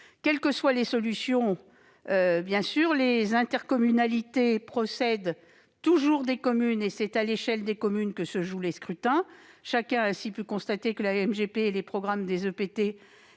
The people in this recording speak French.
Quelles que soient les solutions retenues, les intercommunalités procèdent toujours des communes, et c'est à l'échelon de ces dernières que se jouent les scrutins. Chacun a ainsi pu constater que la MGP et les programmes des EPT